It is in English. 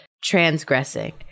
transgressing